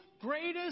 greatest